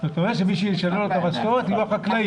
זאת אומרת שמי שישלם לו את המשכורת, יהיו החקלאים.